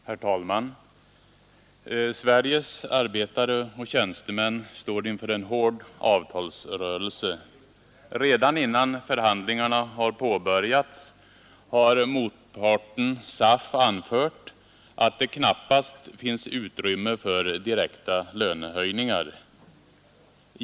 Herr talman! Sveriges arbetare och tjänstemän står inför en hård avtalsrörelse. Redan innan förhandlingarna påbörjats har motparten SAF anfört att det knappast finns utrymme för direkta lönehöjningar.